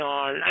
on –